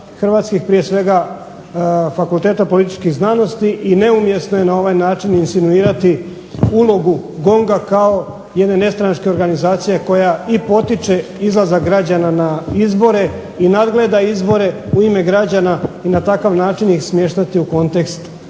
hrvatskih, prije svega Fakulteta političkih znanosti, i neumjesno je na ovaj način insinuirati ulogu GONG-a kao jedne nestranačke organizacije koja i potiče izlazak građana na izbore i nadgleda izbore u ime građana i na takav način ih smještati u kontekst